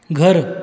घर